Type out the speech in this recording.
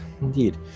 indeed